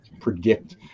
predict